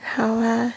好 ah